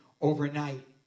overnight